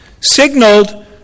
signaled